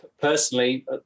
Personally